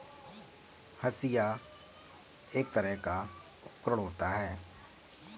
हंसिआ एक तरह का उपकरण होता है